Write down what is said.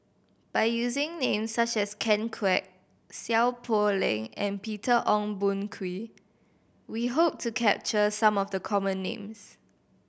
by using names such as Ken Kwek Seow Poh Leng and Peter Ong Boon Kwee we hope to capture some of the common names